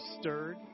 stirred